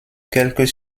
quelques